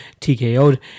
TKO'd